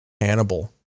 Hannibal